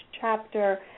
chapter